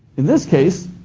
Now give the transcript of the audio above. in this case,